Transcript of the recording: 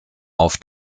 auf